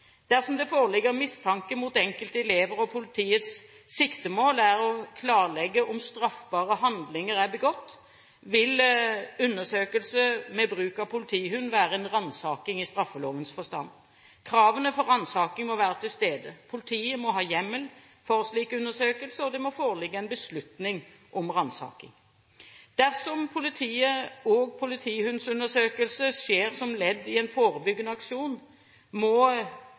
Dersom det foreligger mistanke mot enkelte elever, og politiets siktemål er å klarlegge om straffbare handlinger er begått, vil undersøkelse med bruk av politihund være en ransaking i straffeprosesslovens forstand. Kravene for ransaking må være til stede; politiet må ha hjemmel for slik undersøkelse, og det må foreligge en beslutning om ransaking. Dersom politi- og politihundundersøkelse skjer som ledd i en forebyggende aksjon, må